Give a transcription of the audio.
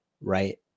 Right